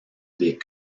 des